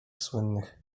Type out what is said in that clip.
słynnych